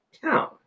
town